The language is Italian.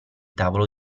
tavolo